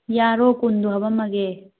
ꯌꯥꯔꯣ ꯀꯨꯟꯗꯣ ꯍꯥꯞꯄꯝꯃꯒꯦ